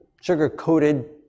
sugar-coated